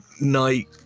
night